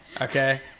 Okay